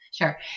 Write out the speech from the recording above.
Sure